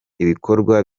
ibikorwa